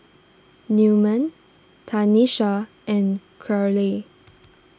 Newman Tanisha and Karyl